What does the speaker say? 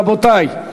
רבותי,